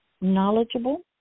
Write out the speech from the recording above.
Knowledgeable